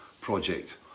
project